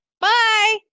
bye